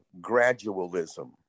gradualism